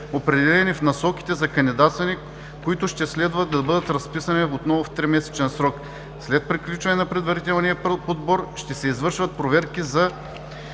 определени в насоките за кандидатстване, които ще следва да бъдат разписани отново в тримесечен срок. След приключване на предварителния подбор ще се извършват проверки за